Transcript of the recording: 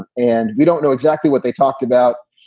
and we don't know exactly what they talked about.